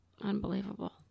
Unbelievable